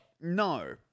No